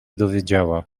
dowiedziała